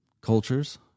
cultures